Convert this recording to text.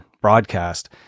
broadcast